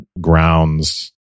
grounds